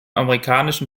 amerikanischen